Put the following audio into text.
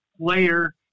player